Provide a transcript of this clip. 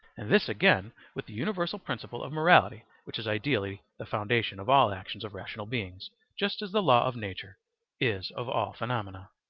and this again with the universal principle of morality which is ideally the foundation of all actions of rational beings, just as the law of nature is of all phenomena.